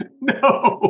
No